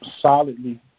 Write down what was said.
solidly